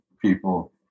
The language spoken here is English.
people